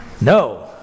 No